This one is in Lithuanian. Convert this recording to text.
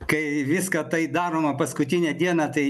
kai viską tai daroma paskutinę dieną tai